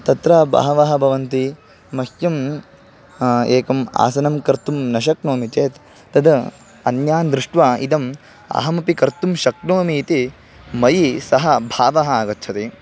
तत्र बहवः भवन्ति मह्यम् एकम् आसनं कर्तुं न शक्नोमि चेत् तद् अन्यान् दृष्ट्वा इदम् अहमपि कर्तुं शक्नोमि इति मयि सः भावः आगच्छति